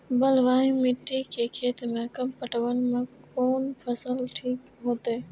बलवाही मिट्टी के खेत में कम पटवन में कोन फसल ठीक होते?